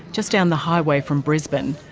just down the highway from brisbane.